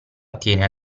attiene